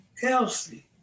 Kelsey